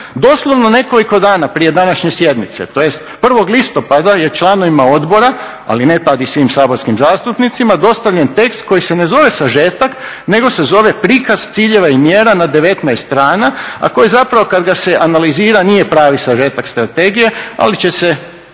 doslovno nekoliko dana prije današnje sjednice tj. 1. listopada je članovima odbora, ali ne tad i svim saborskim zastupnicima, dostavljen tekst koji se ne zove sažetak nego se zove prikaz ciljeva i mjera na 19 strana a koji zapravo kad ga se analizira nije pravi sažetak strategije ali će se